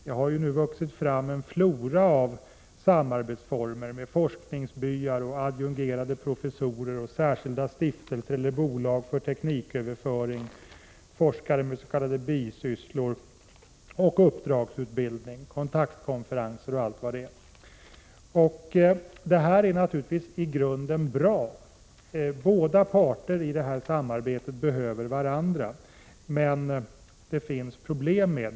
Det har nu vuxit fram en flora av samarbetsformer med forskningsbyar, adjungerade professorer, särskilda stiftelser eller bolag för tekniköverföring, forskare med s.k. bisysslor, uppdragsutbildning, kontaktkonferenser och allt vad det är. Detta är naturligtvis i grunden bra. Båda parter i detta samarbete behöver varandra, men det finns även problem.